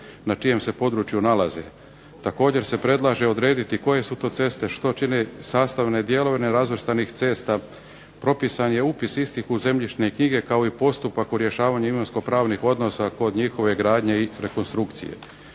na čijem se području nalaze. Također se predlaže odrediti koje su to ceste, što čine sastavne dijelove nerazvrstanih cesta, propisan je upis istih u zemljišne knjige kao i postupak u rješavanju imovinsko pravnih odnosa kod njihove gradnje i rekonstrukcije.